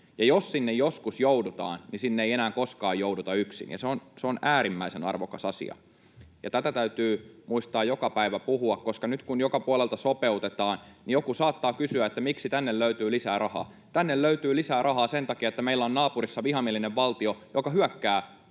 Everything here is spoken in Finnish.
jos sinne joskus joudutaan, niin sinne ei enää koskaan jouduta yksin. Se on äärimmäisen arvokas asia. Tästä täytyy muistaa joka päivä puhua, koska nyt kun joka puolelta sopeutetaan, niin joku saattaa kysyä, että miksi tänne löytyy lisää rahaa. Tänne löytyy lisää rahaa sen takia, että meillä on naapurissa vihamielinen valtio, joka hyökkää